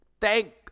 Thank